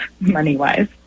money-wise